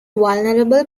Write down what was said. vulnerable